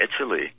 Italy